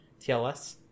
TLS